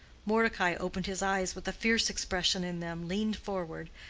mordecai opened his eyes with a fierce expression in them, leaned forward,